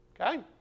Okay